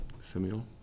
Samuel